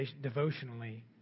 devotionally